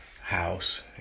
house